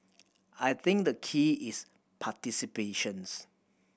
I think the key is participations